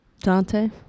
Dante